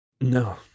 No